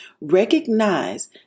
Recognize